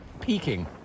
peaking